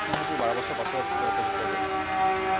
মই ভাবো বাৰ বছৰ পাছত উপযুক্ত বয়স